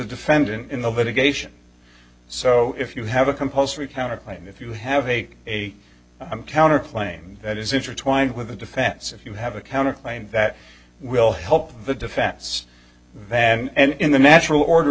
defendant in the litigation so if you have a compulsory counterclaim if you have a a counterclaim that is intertwined with the defense if you have a counter claim that will help the defense that and in the natural order